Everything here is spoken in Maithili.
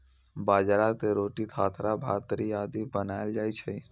बाजरा के रोटी, खाखरा, भाकरी आदि बनाएल जाइ छै